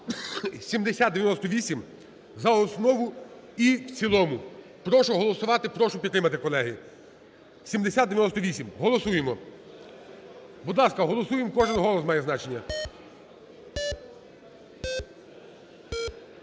7098 за основу і в цілому. Прошу голосувати, прошу підтримати, колеги. 7098 голосуємо. Будь ласка, голосуємо, кожен голос має значення.